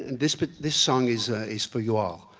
and this but this song is ah is for you all.